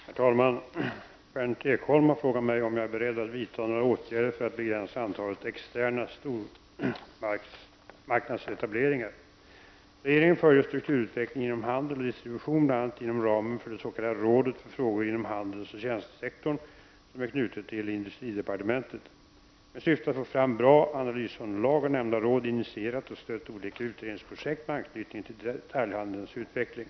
Herr talman! Berndt Ekholm har frågat mig om jag är beredd att vidta några åtgärder för att begränsa antalet externa stormarknadsetableringar. Regeringen följer strukturutvecklingen inom handel och distribution, bl.a. inom ramen för det s.k. rådet för frågor inom handelsoch tjänstesektorn, som är knutet till industridepartementet. Med syfte att få fram bra analysunderlag har nämnda råd initierat och stött olika utredningsprojekt med anknytning till detaljhandelns utveckling.